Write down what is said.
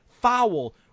foul